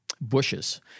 bushes